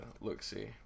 look-see